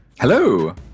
Hello